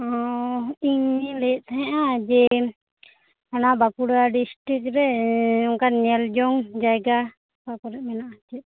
ᱦᱩᱻ ᱤᱧ ᱞᱟᱹᱭᱮᱫ ᱛᱟᱦᱮᱱᱟ ᱡᱮ ᱦᱟᱱᱟ ᱵᱟᱸᱠᱩᱲᱟ ᱰᱤᱥᱴᱨᱤᱠ ᱨᱮ ᱚᱱᱠᱟᱱ ᱧᱮᱞ ᱡᱚᱝ ᱡᱟᱭᱜᱟ ᱚᱠᱟ ᱠᱚᱨᱮ ᱢᱮᱱᱟᱜᱼᱟ ᱪᱮᱫ